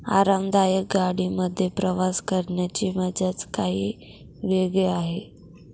आरामदायक गाडी मध्ये प्रवास करण्याची मज्जाच काही वेगळी आहे